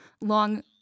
Long